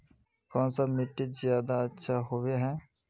कौन सा मिट्टी ज्यादा अच्छा होबे है?